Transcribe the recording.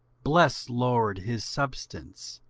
bless, lord, his substance,